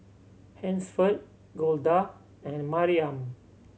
Hansford Golda and Mariam